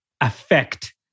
affect